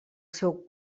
seu